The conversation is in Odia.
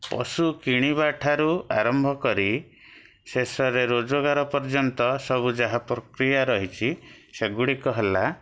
ପଶୁ କିଣିବା ଠାରୁ ଆରମ୍ଭ କରି ଶେଷରେ ରୋଜଗାର ପର୍ଯ୍ୟନ୍ତ ସବୁ ଯାହା ପ୍ରକ୍ରିୟା ରହିଛି ସେଗୁଡ଼ିକ ହେଲା